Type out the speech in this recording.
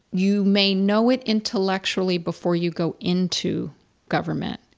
you may know it intellectually before you go into government,